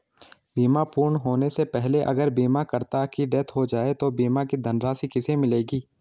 बीमा पूर्ण होने से पहले अगर बीमा करता की डेथ हो जाए तो बीमा की धनराशि किसे मिलेगी?